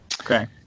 Okay